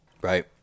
right